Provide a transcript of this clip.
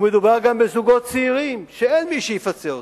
ומדובר גם בזוגות צעירים, שאין מי שיפצה אותם.